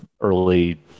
early